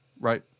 right